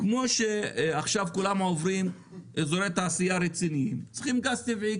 כמו שעכשיו כל אזורי התעשייה הרציניים צריכים גז טבעי,